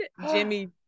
Jimmy